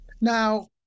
Now